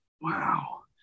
Wow